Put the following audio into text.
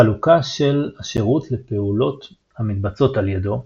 חלוקה של השירות לפעולות המתבצעות על ידו,